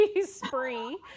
spree